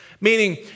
Meaning